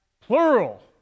plural